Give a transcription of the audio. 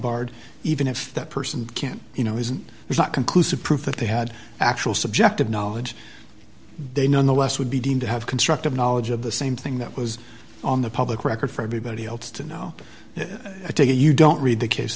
barred even if that person can't you know isn't is not conclusive proof that they had actual subjective knowledge they nonetheless would be deemed to have constructive knowledge of the same thing that was on the public record for everybody else to know i take it you don't read the case